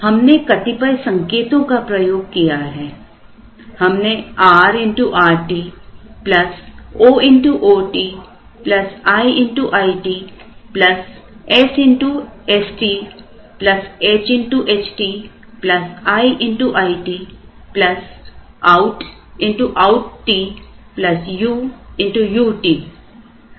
हमने कतिपय संकेतों का प्रयोग किया है हमने r Rt o Ot i It s St h Ht l It out OUTt u Ut